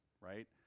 right